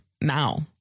now